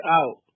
out